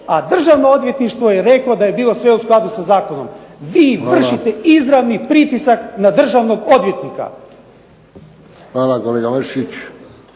a državno odvjetništvo je reklo da je bilo sve u skladu sa zakonom. Vi vršte izravni pritisak na državnog odvjetnika. **Friščić,